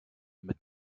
mit